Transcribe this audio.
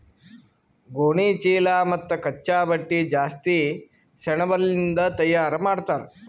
ಗೋಣಿಚೀಲಾ ಮತ್ತ್ ಕಚ್ಚಾ ಬಟ್ಟಿ ಜಾಸ್ತಿ ಸೆಣಬಲಿಂದ್ ತಯಾರ್ ಮಾಡ್ತರ್